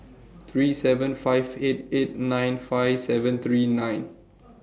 three seven five eight eight nine five seven three nine